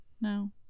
No